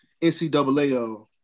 NCAA